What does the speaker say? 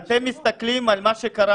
אתם מסתכלים על מה שקרה.